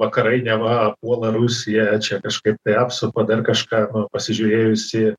vakarai neva puola rusiją čia kažkaip tai apsupa dar kažką pasižiūrėjus į